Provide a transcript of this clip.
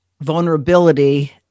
vulnerability